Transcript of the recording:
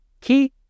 key